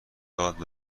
داد